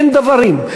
אין דוורים.